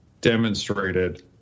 demonstrated